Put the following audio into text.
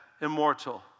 immortal